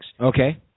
Okay